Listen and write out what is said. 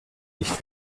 nicht